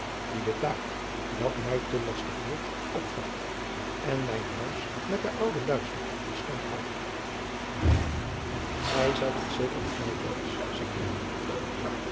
die de taak welke mij te lastig wordt opvat en mijn huis met den ouden luister in stand houdt gij zijt dit zeker met mij eens